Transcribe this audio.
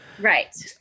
Right